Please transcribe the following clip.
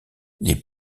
les